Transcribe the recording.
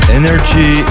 energy